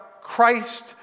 Christ